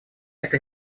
это